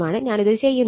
ഞാൻ ഇത് ചെയ്യുന്നില്ല